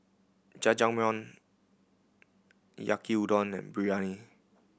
Jajangmyeon Yaki Udon and Biryani